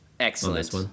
Excellent